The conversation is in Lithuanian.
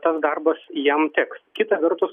tas darbas jam teks kita vertus